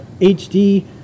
HD